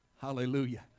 Hallelujah